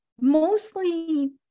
mostly